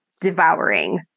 devouring